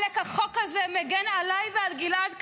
עלק החוק הזה מגן עליי ועל גלעד קריב.